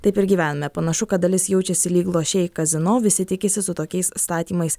taip ir gyvename panašu kad dalis jaučiasi lyg lošėjai kazino visi tikisi su tokiais statymais